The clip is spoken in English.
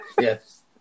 yes